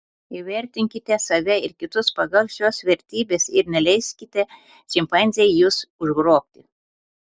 įvertinkite save ir kitus pagal šias vertybes ir neleiskite šimpanzei jus užgrobti